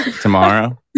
Tomorrow